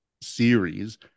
series